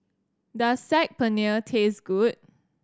does Saag Paneer taste good